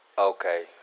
Okay